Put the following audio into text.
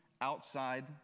outside